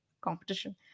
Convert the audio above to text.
competition